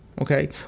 Okay